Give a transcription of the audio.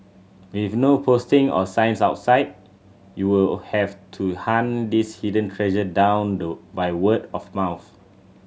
with no posting or signs outside you will have to hunt this hidden treasure down low by word of mouth